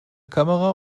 kamera